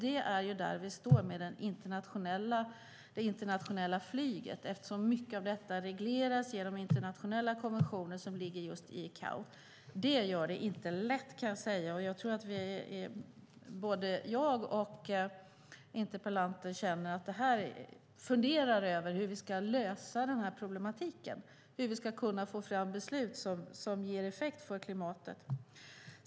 Där står vi när det gäller det internationella flyget. Mycket av detta regleras genom internationella konventioner som ligger i ICAO. Det gör det inte lätt. Både jag och interpellanten funderar nog över hur vi ska lösa det problemet och få fram beslut som ger effekt för klimatet.